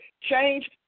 Change